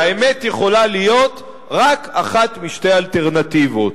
והאמת יכולה להיות רק אחת משתי אלטרנטיבות: